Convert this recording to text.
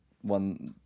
one